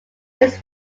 his